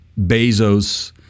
bezos